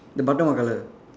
the button what color